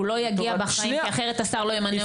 הוא לא יגיע בחיים כי אחרת השר לא ימנה אותו.